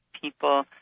people